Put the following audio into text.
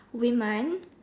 woman